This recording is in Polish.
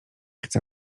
chcę